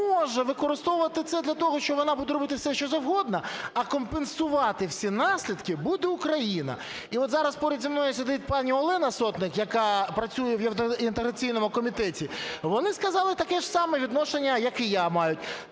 може використовувати це для того, що вона буде робити все, що завгодно, а компенсувати всі наслідки буде Україна. І от зараз поряд зі мною сидить пані Олена Сотник, яка працює в євроінтеграційному комітеті. Вони сказали таке ж саме відношення, як і я, мають.